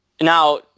Now